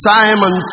Simon